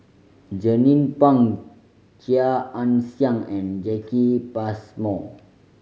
Jernnine Pang Chia Ann Siang and Jacki Passmore